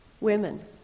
women